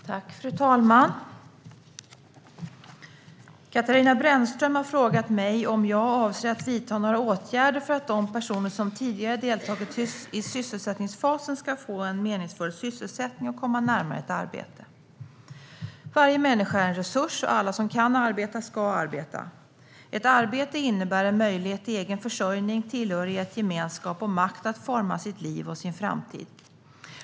Fru talman! Katarina Brännström har frågat mig om jag avser att vidta några åtgärder för att de personer som tidigare deltagit i sysselsättningsfasen ska få en meningsfull sysselsättning och komma närmare ett arbete. Varje människa är en resurs, och alla som kan arbeta ska arbeta. Ett arbete innebär en möjlighet till egen försörjning, tillhörighet, gemenskap och makt att forma sitt liv och sin framtid.